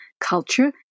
Culture